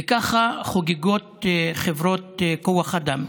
וכך חוגגות חברות כוח אדם.